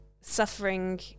suffering